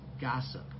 gossip